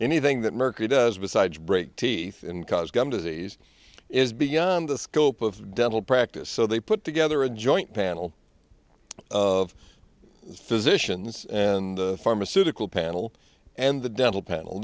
anything that mercury does besides break teeth and cause gum disease is beyond the scope of dental practice so they put together a joint panel of physicians and pharmaceutical panel and the dental panel